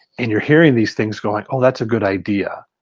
and you're hearing these things going oh that's a good idea,